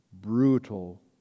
brutal